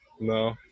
No